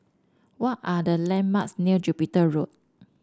what are the landmarks near Jupiter Road